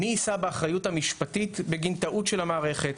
מי יישא באחריות המשפטית בגין טעות של המערכת?